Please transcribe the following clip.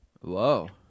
Whoa